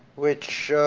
which